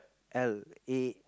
ale A~